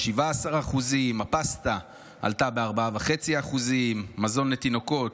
ב-17%; הפסטה עלתה ב-4.5%; מזון לתינוקות,